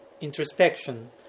introspection